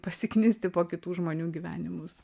pasiknisti po kitų žmonių gyvenimus